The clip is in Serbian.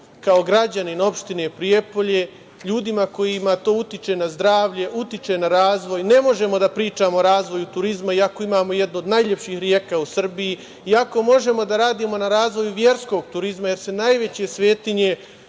kao građanin opštine Prijepolje, ljudima kojima to utiče na zdravlje, utiče na razvoj, ne možemo da pričamo o razvoju turizma, iako imamo jednu od najlepših reka u Srbiji, iako možemo da radimo na razvoju verskog turizma, jer se najveće svetinje